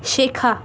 শেখা